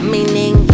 Meaning